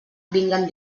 vinguen